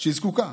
והיא זקוקה,